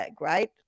right